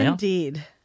Indeed